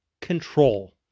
control